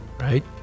right